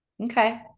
okay